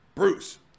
Bruce